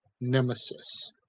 Nemesis